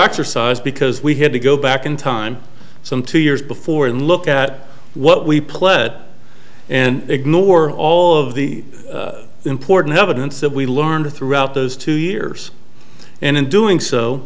exercise because we had to go back in time some two years before and look at what we pled and ignore all of the important evidence that we learned throughout those two years and in doing